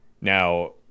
Now